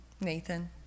Nathan